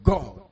God